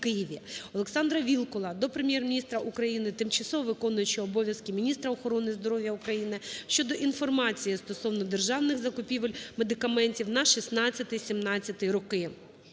ОлександраВілкула до Прем'єр-міністра України, тимчасово виконуючої обов'язки міністра охорони здоров'я України щодо інформації стосовно державних закупівель медикаментів за 2016-2017 рр.